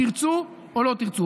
תרצו או לא תרצו,